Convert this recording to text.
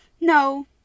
No